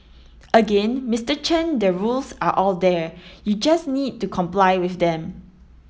again Mister Chen the rules are all there you just need to comply with them